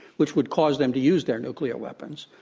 which would cause them to use their nuclear weapons.